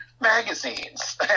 magazines